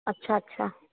अच्छा अच्छा